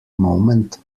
moment